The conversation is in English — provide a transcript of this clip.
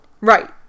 Right